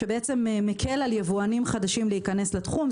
שמקל על יבואנים חדשים להיכנס לתחום.